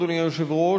אדוני היושב-ראש,